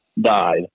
died